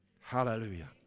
Hallelujah